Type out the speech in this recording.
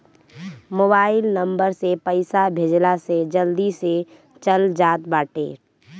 mobile number से पईसा भेजला से जल्दी से चल जात बाटे